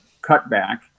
cutback